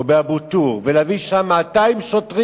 או בא-טור, ולהביא לשם 200 שוטרים,